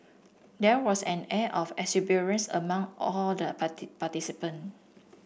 there was an air of exuberance among all the party participant